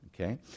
okay